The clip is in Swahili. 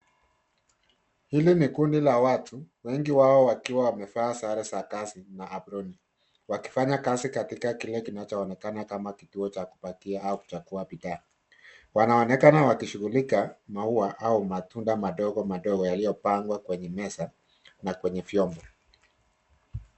Hili ni kundi la watu, wengi wao wakiwa wamevaa sare za kazi na aproni wakifanya kazi katika kile kinachoonekana kama kituo cha kupakia au kupakua bidhaa. Wanaonekana wakaishughulika maua au matunda madogo madogo yaliyopangwa kwenye meza na kwenye vyombo.